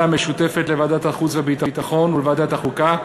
המשותפת לוועדת החוץ והביטחון ולוועדת החוקה,